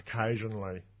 occasionally